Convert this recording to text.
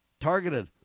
targeted